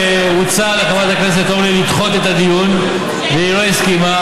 הוצע לחברת הכנסת אורלי לדחות את הדיון והיא לא הסכימה,